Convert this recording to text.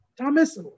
Thomas